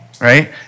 right